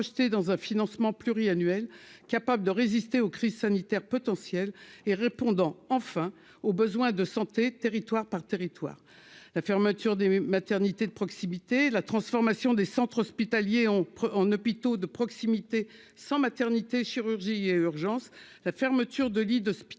dans un financement pluriannuel capable de résister aux crises sanitaires potentiels et répondant enfin aux besoins de santé territoire par territoire, la fermeture des maternités de proximité, la transformation des centres hospitaliers ont en hôpitaux de proximité sans maternité chirurgie et urgences, la fermeture de lits d'hospitalisation